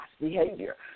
behavior